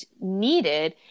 needed